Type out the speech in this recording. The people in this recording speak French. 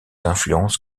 influences